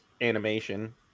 animation